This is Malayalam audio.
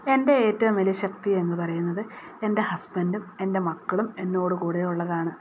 എന്റെ ഏറ്റവും വലിയ ശക്തിയെന്നു പറയുന്നത് എന്റെ ഹസ്ബന്റും എന്റെ മക്കളും എന്നോട് കൂടെ ഉള്ളതാണ്